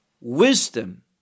wisdom